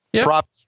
Props